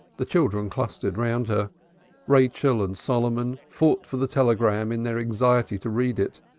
the children clustered round her rachel and solomon fought for the telegram in their anxiety to read it.